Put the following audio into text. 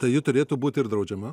tai ji turėtų būti ir draudžiama